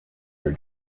her